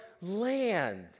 land